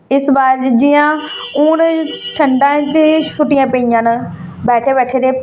इस बार जि'यां हून ठंडां च छुट्टियां पेइयां न बैठे बैठे दे